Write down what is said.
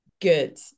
Good